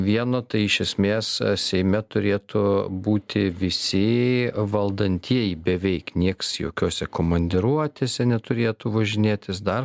vieno tai iš esmės seime turėtų būti visi valdantieji beveik nieks jokiose komandiruotėse neturėtų važinėtis dar